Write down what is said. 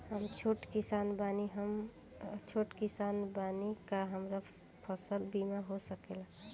हम छोट किसान बानी का हमरा फसल बीमा हो सकेला?